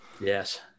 Yes